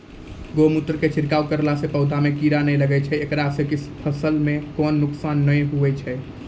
गोमुत्र के छिड़काव करला से पौधा मे कीड़ा नैय लागै छै ऐकरा से फसल मे कोनो नुकसान नैय होय छै?